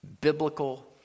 biblical